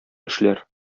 эшләр